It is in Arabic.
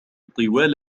طوال